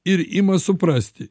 ir ima suprasti